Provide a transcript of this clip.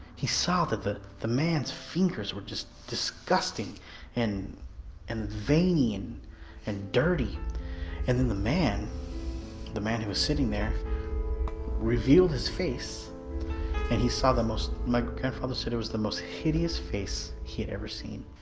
he saw that the the man's fingers were just disgusting and and vain and dirty and then the man the man who was sitting there revealed his face and he saw the most my grandfather said it was the most hideous face he had ever seen